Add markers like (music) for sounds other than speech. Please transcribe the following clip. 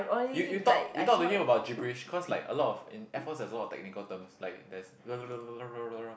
you you talk you talk to him about gibberish cause like a lot of in Air-Force there is a lot of technical terms like there's (noise)